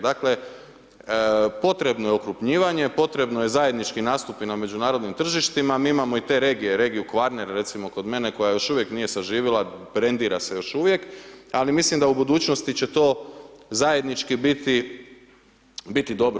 Dakle, potrebno je okrupnjivanje, potrebno je zajednički nastupi na međunarodnim tržištima, mi imamo i te regije, regiju Kvarner recimo kod mene, koja još uvijek nije saživila, brendira se još uvijek, ali mislim da u budućnosti će to zajednički biti, biti dobro.